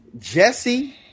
Jesse